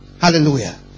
Hallelujah